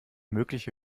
mögliche